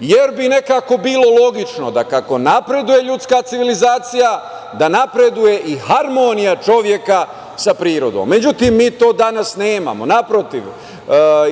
jer bi nekako bilo logično, da kako napreduje ljudska civilizacija, da napreduje i harmonija čoveka sa prirodom.Međutim, mi to danas nemamo. Naprotiv,